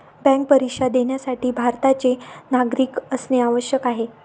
bank परीक्षा देण्यासाठी भारताचे नागरिक असणे आवश्यक आहे